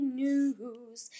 news